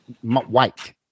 White